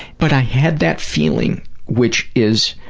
but i had that feeling which is